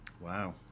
Wow